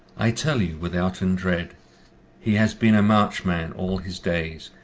i tell you, withouten dread he has been a march-man all his days,